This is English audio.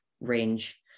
range